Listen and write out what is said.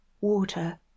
water